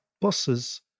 buses